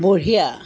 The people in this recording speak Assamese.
বঢ়িয়া